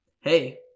hey